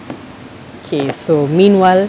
K so meanwhile